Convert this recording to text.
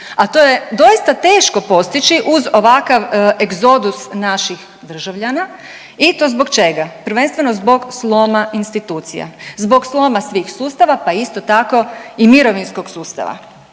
a to je doista teško postići uz ovakav egzodus naših državljana i to zbog čega? Prvenstveno zbog sloma institucija, zbog sloma svih sustava, pa isto tako i mirovinskog sustava.